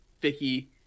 Vicky